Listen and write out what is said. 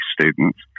students